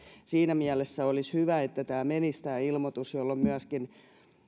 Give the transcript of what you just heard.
siinä mielessä olisi hyvä että isännöitsijälle menisi ilmoitus jolloin myöskin